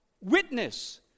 witness